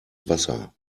wasser